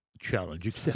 Challenge